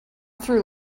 through